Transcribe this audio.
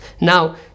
Now